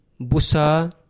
Busa